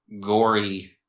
gory